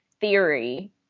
theory